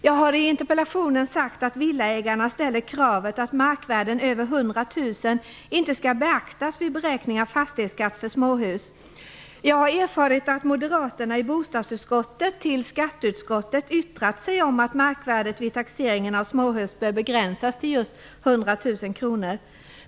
Jag har i interpellationen sagt att villaägarna ställer kravet att markvärden över 100 000 kr inte skall beaktas vid beräkning av fastighetsskatt för småhus. Jag har erfarit att moderaterna i bostadsutskottet till skatteutskottet har yttrat sig om att markvärdet vid taxering av småhus bör begränsas till just 100 000 kr.